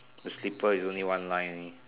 the slipper is only one line only